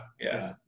Yes